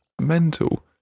Mental